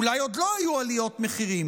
אולי עוד לא היו עליות מחירים,